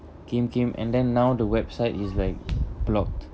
and then now the website is like blocked